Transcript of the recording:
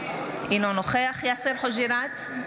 אינו נוכח יאסר חוג'יראת,